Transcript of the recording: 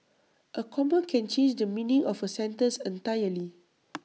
A comma can change the meaning of A sentence entirely